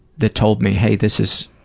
that told me, hey, this is,